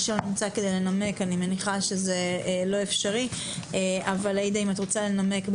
אני מניחה שזה לא אפשרי לגבי מי שלא נמצא כדי לנמק.